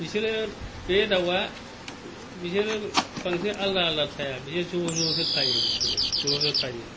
बिसोरो बे दावा बिसोर खनसे आलादा आलादा थाया बिसोर ज'ज' सो थायो बिसोरो ज'ज' थायो